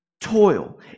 toil